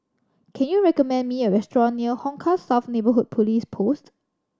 can you recommend me a restaurant near Hong Kah South Neighbourhood Police Post